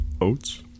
Oats